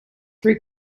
three